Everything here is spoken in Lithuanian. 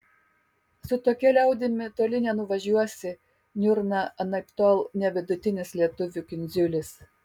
su tokia liaudimi toli nenuvažiuosi niurna anaiptol ne vidutinis lietuvių kindziulis